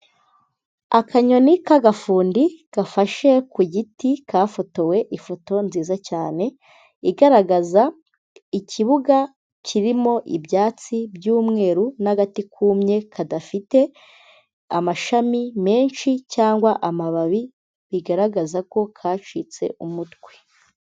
Akanyoni k'agafundi gafashe ku giti kafotowe ifoto nziza cyane, igaragaza ikibuga kirimo ibyatsi by'umweru n'agati kumye kadafite amashami menshi cyangwa amababi bigaragaza ko kacitse umutwe.